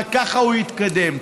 רק ככה הוא יתקדם.